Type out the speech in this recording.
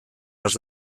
has